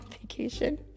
vacation